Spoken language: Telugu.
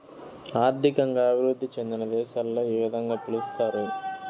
ఆర్థికంగా అభివృద్ధి చెందిన దేశాలలో ఈ విధంగా పిలుస్తారు